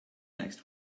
next